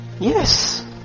Yes